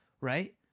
Right